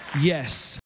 yes